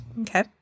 Okay